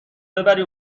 ببری